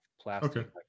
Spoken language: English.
plastic